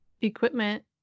equipment